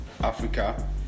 africa